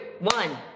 One